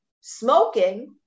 smoking